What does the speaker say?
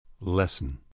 Lesson